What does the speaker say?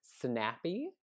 Snappy